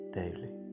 daily